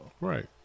right